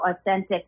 authentic